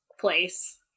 place